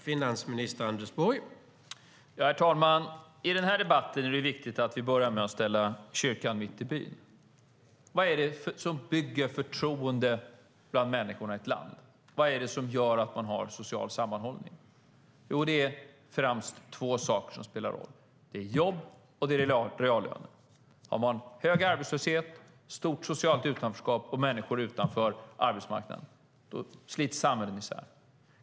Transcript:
Herr talman! I den här debatten är det viktigt att vi börjar med att ställa kyrkan mitt i byn. Vad är det som bygger förtroende bland människor i ett land? Vad är det som gör att man har social sammanhållning? Jo, det är främst två saker: jobb och reallöner. Har man hög arbetslöshet, stort socialt utanförskap och människor utanför arbetsmarknaden slits samhället isär.